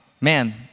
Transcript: man